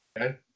Okay